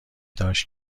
داشت